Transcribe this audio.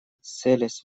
целясь